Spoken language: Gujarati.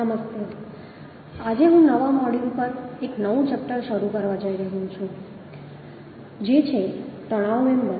નમસ્તે આજે હું નવા મોડ્યુલ પર એક નવું ચેપ્ટર શરૂ કરવા જઈ રહ્યો છું જે છે તણાવ મેમ્બર